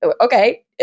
okay